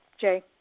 Jay